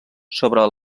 sobre